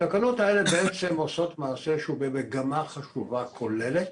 התקנות האלה בעצם עושות מעשה שהוא במגמה חשובה כוללת,